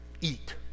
eat